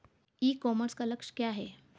ई commerce का लक्ष्य क्या है?